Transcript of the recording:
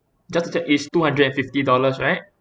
just to check it's two hundred and fifty dollars right